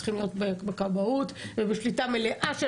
צריכים להיות בכבאות ובשליטה מלאה של